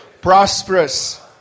prosperous